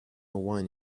wine